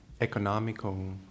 economical